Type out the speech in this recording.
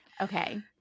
Okay